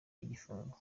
y’igifungo